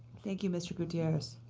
thank you, mr. gutierrez.